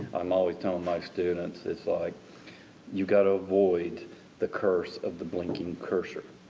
i'm always telling my students it's like you've got to avoid the curse of the blinking curser.